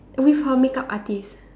with her make-up artist